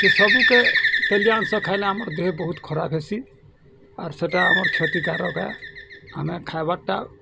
ସେ ସବୁ କେ ତେଲିଆ ଅଂଶ ଖାଇଲେ ଆମର୍ ଦେହ ବହୁତ ଖରାପ୍ ହେସି ଆର୍ ସେଇଟା ଆମର୍ କ୍ଷତିକାରକ ଏ ଆମେ ଖାବାର୍ଟା